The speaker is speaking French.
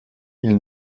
ils